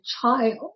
child